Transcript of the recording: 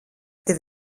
tev